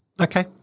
Okay